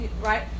right